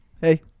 Hey